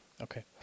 Okay